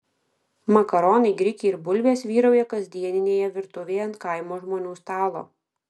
makaronai grikiai ir bulvės vyrauja kasdieninėje virtuvėje ant kaimo žmonių stalo